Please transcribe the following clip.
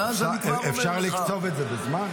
ואז אני כבר אומר לך --- אפשר לקצוב את זה בזמן?